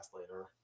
later